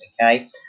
okay